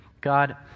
God